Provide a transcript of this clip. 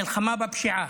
מלחמה בפשיעה.